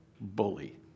bully